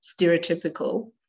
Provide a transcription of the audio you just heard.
stereotypical